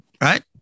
right